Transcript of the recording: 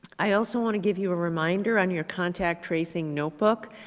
i also want to give you a reminder on your contact tracing notebook.